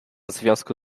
związku